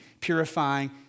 purifying